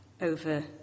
over